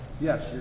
yes